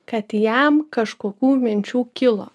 kad jam kažkokių minčių kilo